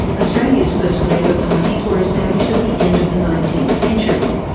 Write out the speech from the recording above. australia's first labour parties were established at the end of the nineteenth century.